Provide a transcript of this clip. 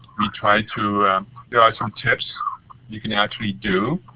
we tried to there are some tips you can actually do.